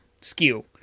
skew